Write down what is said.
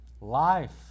Life